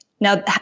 Now